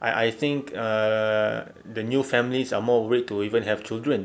I I think err the new families are more worried to even have children